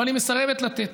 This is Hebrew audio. אבל היא מסרבת לתת.